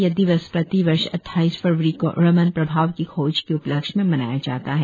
यह दिवस प्रतिवर्ष अड्डाइस फरवरी को रमण प्रभाव की खोज के उपलक्ष्य में मनाया जाता है